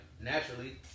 naturally